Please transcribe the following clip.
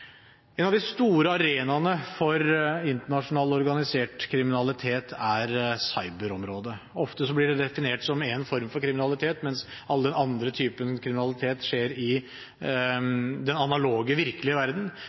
En av de store arenaene for internasjonal organisert kriminalitet er cyber-området. Ofte blir det definert som én form for kriminalitet, mens alle andre typer kriminalitet skjer i den analoge, virkelige verden.